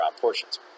portions